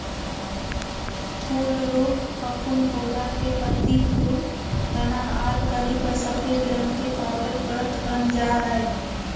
फूल रोग फफूंद पौधा के पत्ती, फूल, तना आर कली पर सफेद रंग के पाउडर परत वन जा हई